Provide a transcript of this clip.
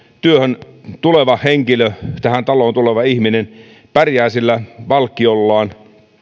työhön tuleva henkilö tähän taloon tuleva ihminen pärjää sillä palkkiollaan